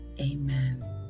Amen